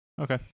Okay